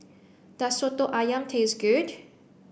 does soto ayam taste good